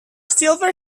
silver